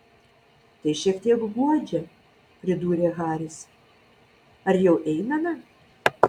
tai šiek tiek guodžia pridūrė haris ar jau einame